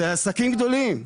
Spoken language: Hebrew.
אלה עסקים גדולים.